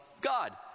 God